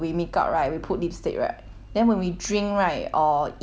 then when we drink right or eat right then 就会有那种